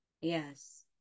Yes